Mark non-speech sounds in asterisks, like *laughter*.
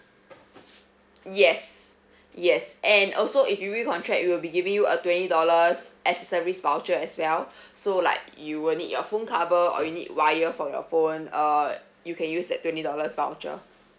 yes *breath* yes and also if you recontract we'll be giving you a twenty dollars accessories voucher as well *breath* so like you will need your phone cover or you need wire for your phone err you can use that twenty dollars voucher